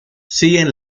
siguen